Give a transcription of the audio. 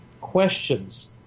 Questions